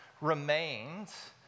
remains